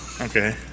Okay